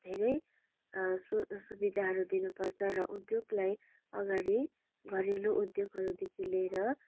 धेरै सु सुविधाहरू दिनु पर्छ र उद्योगलाई अघाडि घरेलु उद्योगहरूदेखि लिएर